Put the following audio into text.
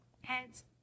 Heads